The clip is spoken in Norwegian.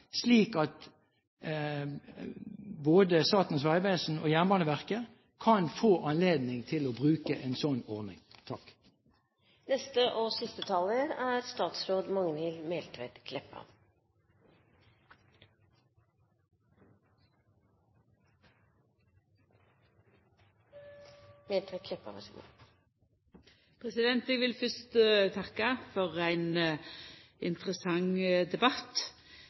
slik at både Statens vegvesen og Jernbaneverket kan få anledning til å bruke en sånn ordning? Eg vil fyrst takka for ein interessant debatt.